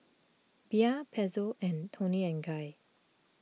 Bia Pezzo and Toni and Guy